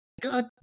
God